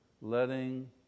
Letting